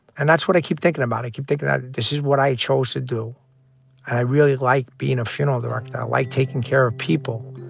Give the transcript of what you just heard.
and that's what i keep thinking about. i keep thinking that this is what i chose to do, and i really like being a funeral director. i like taking care of people.